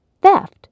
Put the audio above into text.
theft